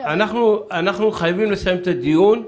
אנחנו חייבים לסיים את הדיון.